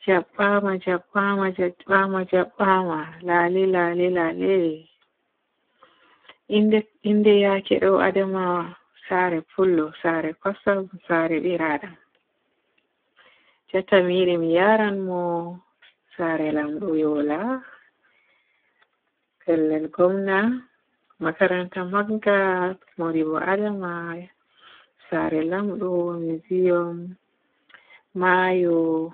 Jabbama, Jabbama, Jabbama, Jabbama, lalay, lalay, lalay. Innde yaake ɗo Adamawa, saare pullo, saare kosam, saare biradam. Jutta mi yiɗi mi yaaran mun saare laamɗo Yola, pellel gomna, makaranta manga Modibbo Adama, saare laamɗo, mizium, maayo.